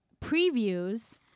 previews